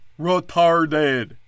Retarded